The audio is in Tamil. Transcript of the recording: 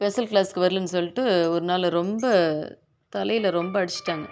ஸ்பெஷல் க்ளாஸுக்கு வரலன்னு சொல்லிட்டு ஒரு நாள் ரொம்ப தலையில் ரொம்ப அடித்துட்டாங்க